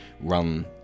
run